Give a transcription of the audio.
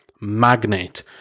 magnate